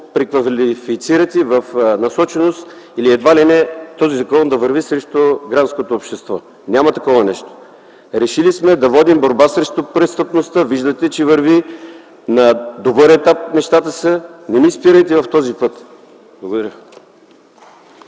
преквалифицирате едва ли не в насоченост този закон да върви срещу гражданското общество. Няма такова нещо! Решили сме да водим борба срещу престъпността. Виждате, че нещата са на добър етап. Не ни спирайте в този път! Благодаря.